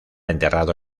enterrado